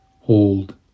hold